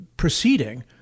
proceeding